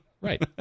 Right